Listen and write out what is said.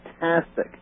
fantastic